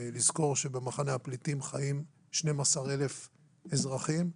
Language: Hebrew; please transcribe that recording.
לזכור שבמחנה הפליטים חיים 12,000 אזרחים,